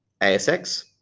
ASX